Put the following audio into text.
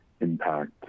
impact